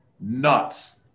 nuts